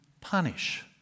punish